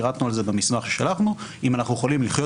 פירטנו את זה במסמך ששלחנו אם אנו יכולים לחיות